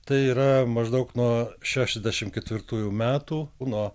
tai yra maždaug nuo šešiasdešimt ketvirtųjų metų nuo